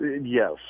Yes